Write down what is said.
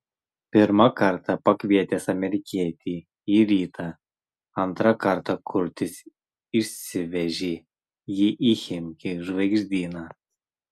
pirmą kartą pakvietęs amerikietį į rytą antrą kartą kurtis išsivežė jį į chimki žvaigždyną